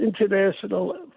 international